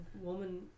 woman